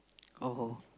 oh